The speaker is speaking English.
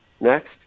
next